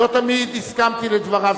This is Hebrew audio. לא תמיד הסכמתי לדבריו,